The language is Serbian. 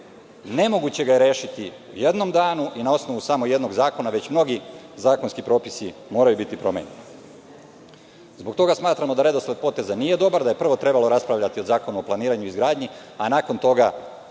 nemoguće ga je rešiti u jednom danu i na osnovu samo jednog zakona, već mnogi zakonski propisi moraju biti promenjeni. Zbog toga smatramo da redosled poteza nije dobar. Prvo je trebalo raspravljati o Zakonu o planiranju i izgradnji, a nakon toga,